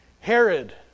Herod